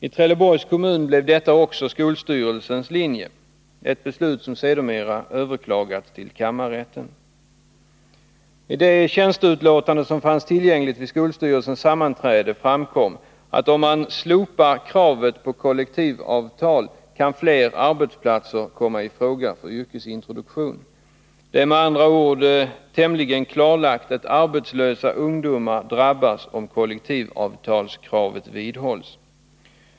I Trelleborgs kommun blev detta också skolstyrelsens linje — ett beslut som sedermera har överklagats till kammarrätten. I det tjänsteutlåtande som fanns tillgängligt vid skolstyrelsens sammanträde framkom att om man slopar kravet på kollektivavtal kan fler arbetsplatser komma i fråga för yrkesintroduktion. Det är med andra ord tämligen klarlagt att arbetslösa ungdomar drabbas, om kollektivavtalskravet vidhålls.